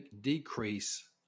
decrease